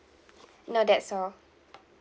no that's all